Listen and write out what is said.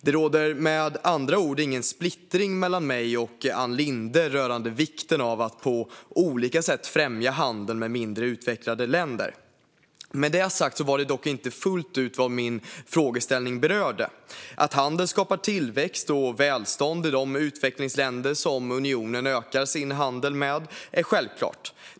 Det råder med andra ord ingen splittring mellan mig och Ann Linde rörande vikten av att på olika sätt främja handel med mindre utvecklade länder. Med det sagt var det dock inte fullt ut vad min frågeställning berörde. Att handel skapar tillväxt och välstånd i de utvecklingsländer som unionen ökar sin handel med är självklart.